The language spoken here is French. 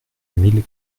mille